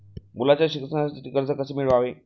मुलाच्या शिक्षणासाठी कर्ज कसे मिळवावे?